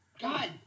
God